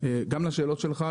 גם לשאלות שלך,